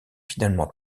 finalement